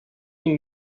you